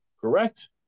Correct